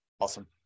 Awesome